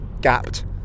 gapped